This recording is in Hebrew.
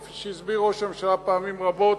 כפי שהסביר ראש הממשלה פעמים רבות,